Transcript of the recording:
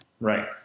right